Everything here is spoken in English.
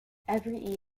every